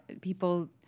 people